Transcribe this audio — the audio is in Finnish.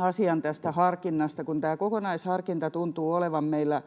asian tästä harkinnasta. Tämä kokonaisharkinta tuntuu olevan meillä